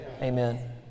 Amen